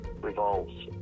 revolves